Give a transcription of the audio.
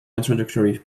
introductory